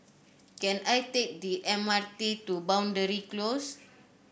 can I take the M R T to Boundary Close